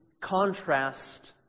contrast